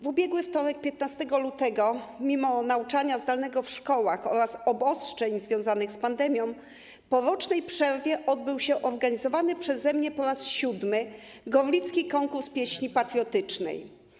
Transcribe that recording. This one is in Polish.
W ubiegły wtorek, 15 lutego, mimo nauczania zdalnego w szkołach oraz obostrzeń związanych z pandemią po rocznej przerwie odbył się organizowany przeze mnie po raz siódmy Gorlicki Konkurs Pieśni Patriotycznej.